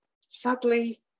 Sadly